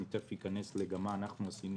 אני תכף אגיד גם מה אנחנו עשינו